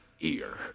ear